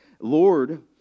Lord